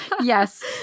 Yes